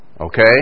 okay